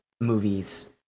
movies